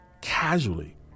casually